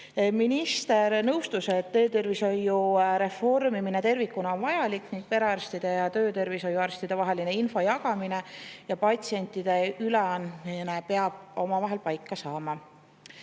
Minister nõustus, et töötervishoiu reformimine tervikuna on vajalik, perearstide ja töötervishoiuarstide vaheline info jagamine ja patsientide üleandmine tuleb paika saada.